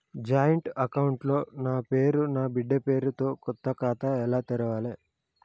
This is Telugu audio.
జాయింట్ అకౌంట్ లో నా పేరు నా బిడ్డే పేరు తో కొత్త ఖాతా ఎలా తెరవాలి?